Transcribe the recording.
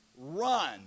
Run